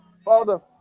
Father